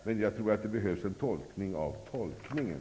Men jag tror att det behövs en tolkning av tolkningen.